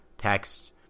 Text